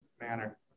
manner